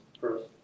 first